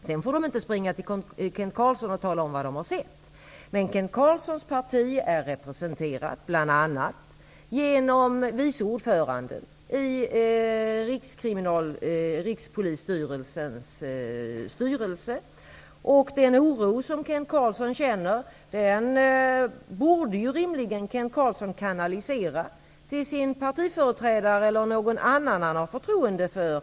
Sedan får den inte springa till Kent Carlsson och tala om vad den sett, men Kent Carlssons parti är representerat bl.a. genom vice ordföranden i Rikspolisstyrelsens styrelse. Den oro som Kent Carlsson känner borde rimligen Kent Carlsson kanalisera till sin partiföreträdare eller någon annan som han har förtroende för.